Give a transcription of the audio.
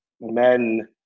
men